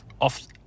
off